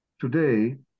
today